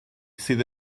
sydd